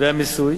והמיסוי